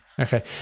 Okay